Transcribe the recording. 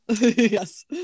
Yes